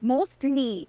Mostly